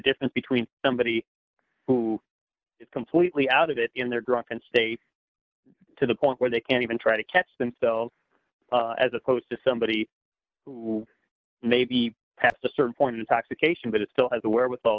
difference between somebody who is completely out of it in their drunken state to the point where they can't even try to catch themselves as opposed to somebody who may be past a certain point intoxication but it still has the wherewithal